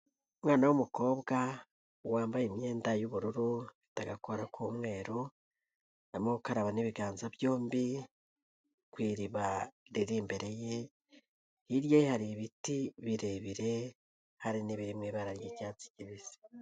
Umwana w'umukobwa wambaye imyenda y'ubururu ifite agakora k'umweru arimo gukaraba n'ibiganza byombi ku iriba, riri imbere ye, hirya ye hari ibiti birebire hari nibirimo ibara ry'icyatsi kibisi.